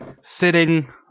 sitting